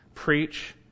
Preach